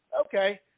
Okay